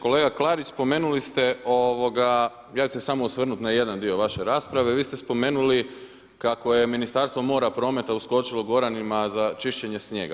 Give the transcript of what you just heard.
Kolega Klarić, spomenuli ste, ja ću se samo osvrnuti na jedan dio vaše rasprave, vi ste spomenuli kako je Ministarstvo mora, prometa uskočilo Goranima za čišćenje snijega.